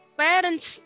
parents